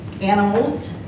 animals